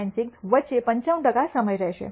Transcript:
96 વચ્ચે 95 ટકા સમય રહેશે